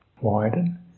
Widen